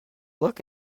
look